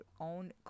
own